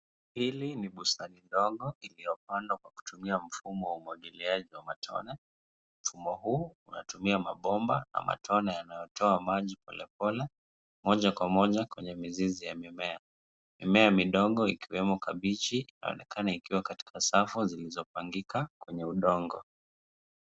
Hili ni bustani ndogo iliyopandwa kwa kutumia mfumo wa umwagiliaji wa matone. Mfumo huu unatumia mabomba na matone yanayotoa maji polepole moja kwa moja kwenye mizizi ya mimea. Mimea midogo ikiwemo kabichi inaonekana ikiwa katika safu zilizopangika kwenye udongo.